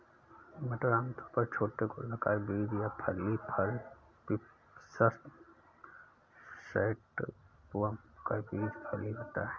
मटर आमतौर पर छोटे गोलाकार बीज या फली फल पिसम सैटिवम का बीज फली होता है